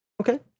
Okay